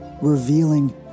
revealing